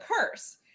curse